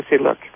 look